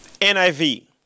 NIV